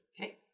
Okay